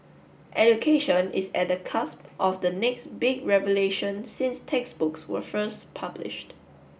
education is at the cusp of the next big revolution since textbooks were first published